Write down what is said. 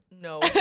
no